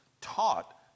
taught